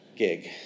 gig